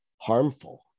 harmful